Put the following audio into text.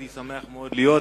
הייתי שמח מאוד לבוא,